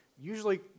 Usually